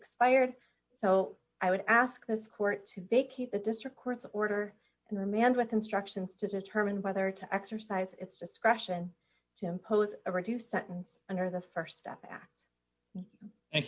expired so i would ask this court to vacate the district court's order and remand with instructions to determine whether to exercise its discretion to impose a reduced sentence under the st step back and